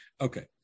Okay